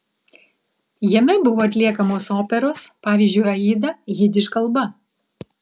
jame buvo atliekamos operos pavyzdžiui aida jidiš kalba